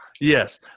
Yes